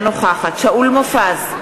אינה נוכחת שאול מופז,